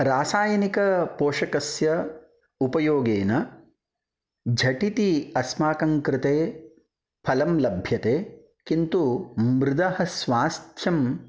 रासायनिकपोषकस्य उपयोगेन झटिति अस्माकं कृते फलं लभ्यते किन्तु मृदः स्वास्थ्यं